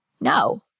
No